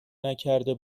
نکرده